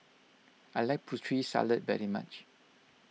I like Putri Salad very much